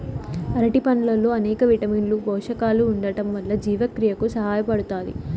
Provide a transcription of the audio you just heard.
అరటి పండ్లల్లో అనేక విటమిన్లు, పోషకాలు ఉండటం వల్ల జీవక్రియకు సహాయపడుతాది